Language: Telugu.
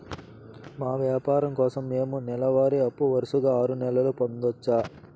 మా వ్యాపారం కోసం మేము నెల వారి అప్పు వరుసగా ఆరు నెలలు పొందొచ్చా?